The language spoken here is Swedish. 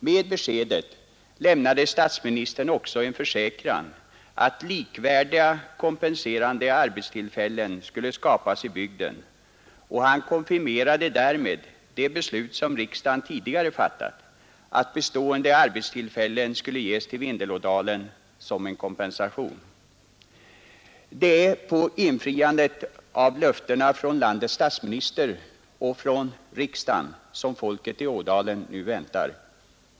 Med det beskedet lämnade statsministern också en försäkran om att likvärdiga kompenserande arbetstillfällen skulle skapas i bygden, och han konfirmerade därmed det av riksdagen tidigare fattade beslutet att bestående arbetstillfällen skulle ges till Vindelådalen som en kompensa Nr 125 tion. Det är på infriandet av löftena från landets statsminister och från Torsdagen den riksdagen som folket i ådalen nu väntar.